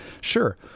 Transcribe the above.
sure